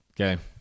Okay